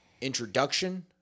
introduction